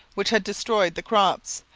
which had destroyed the crops,